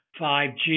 5G